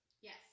Yes